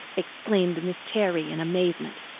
exclaimed miss terry in amazement.